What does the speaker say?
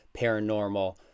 paranormal